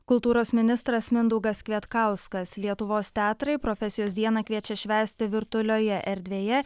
kultūros ministras mindaugas kvietkauskas lietuvos teatrai profesijos dieną kviečia švęsti virtualioje erdvėje